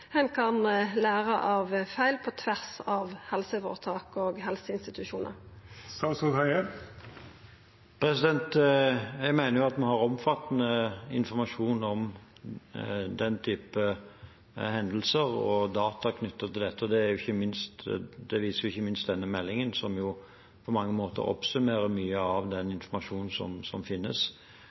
kan lære av feil på tvers av helseføretak og helseinstitusjonar? Jeg mener at vi har omfattende informasjon om den type hendelser og data knyttet til dette. Det viser ikke minst denne meldingen, som jo på mange måter oppsummerer mye av den informasjonen som finnes. Meldeordningen resulterte i noen kunnskapsoppsummeringer som